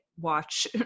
watch